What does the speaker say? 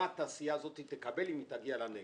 מה התעשייה הזאת תקבל אם היא תגיע לנגב.